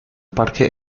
parque